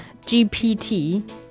GPT